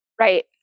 Right